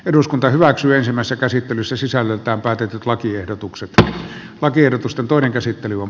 eduskunta hyväksyy samassa käsittelyssä sisällyttää päätetyt lakiehdotukset on tiedotusta toinen käsittely on